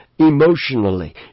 emotionally